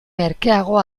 merkeago